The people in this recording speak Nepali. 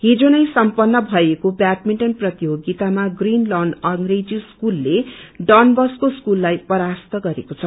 हिजो नै सम्पन्न भएको व्याटमिण्टन प्रतियोभितामा ग्रीन लन अंग्रेजी स्कूलले डनवस्को स्कूललाई परास्त गरेको छ